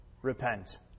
Repent